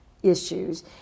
issues